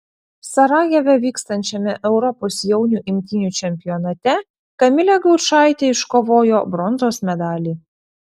sarajeve vykstančiame europos jaunių imtynių čempionate kamilė gaučaitė iškovojo bronzos medalį